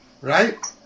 right